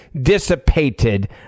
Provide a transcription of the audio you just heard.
dissipated